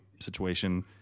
situation